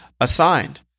assigned